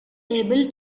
able